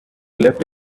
left